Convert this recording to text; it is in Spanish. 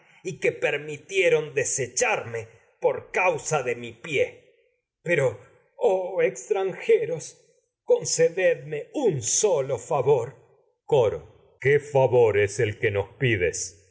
muros que permitieron oh des echarme causa un de mi pie pero extranjeros concededme coro solo favor qué favor e's el que nos pides